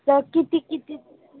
sir किती किती